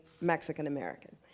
Mexican-American